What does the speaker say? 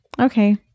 Okay